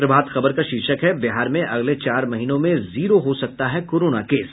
प्रभात खबर का शीर्षक है बिहार में अगले चार महीनों में जीरो हो सकता है कोरोना केस